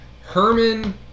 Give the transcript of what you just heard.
Herman